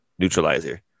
neutralizer